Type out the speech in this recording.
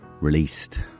released